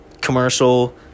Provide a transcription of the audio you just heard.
commercial